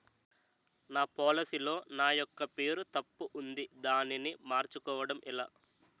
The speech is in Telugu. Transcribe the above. నా పోలసీ లో నా యెక్క పేరు తప్పు ఉంది దానిని మార్చు కోవటం ఎలా?